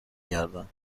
گردم